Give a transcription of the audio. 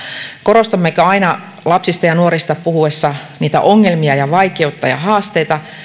korostammeko aina lapsista ja nuorista puhuttaessa niitä ongelmia ja vaikeutta ja haasteita